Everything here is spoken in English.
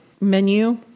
menu